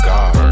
God